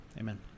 Amen